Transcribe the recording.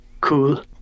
Cool